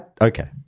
Okay